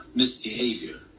misbehavior